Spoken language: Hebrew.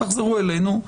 תחזרו אלינו,